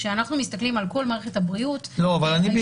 כשאנחנו מסתכלים על כל מערכת הבריאות האשפוזית,